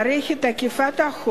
עשר דקות.